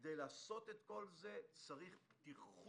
בכדי לעשות את כל זה צריך פתיחות,